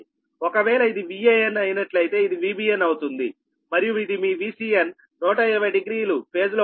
ఒక వేళ ఇది Van అయినట్లయితే ఇది Vbn అవుతుంది మరియు ఇది మీ Vcn 1200 ఫేజ్ లో ఉంటుంది